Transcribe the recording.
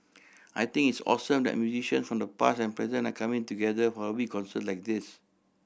I think it's awesome that musicians from the past and present are coming together for a big concert like this